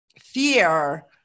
fear